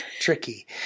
Tricky